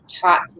taught